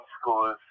schools